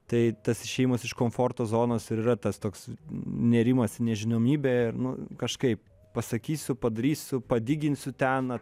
tai tas išėjimas iš komforto zonos yra tas toks nėrimas į nežinomybę nu kažkaip pasakysiu padarysiu padiginsiu ten